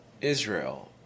Israel